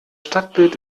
stadtbild